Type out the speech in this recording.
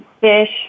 fish